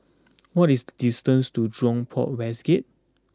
what is the distance to Jurong Port West Gate